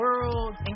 world